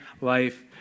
Life